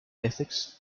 ethics